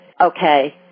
okay